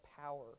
power